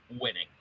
winning